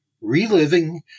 Reliving